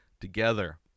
together